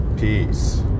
peace